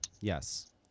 Yes